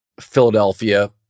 Philadelphia